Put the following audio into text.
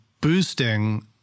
boosting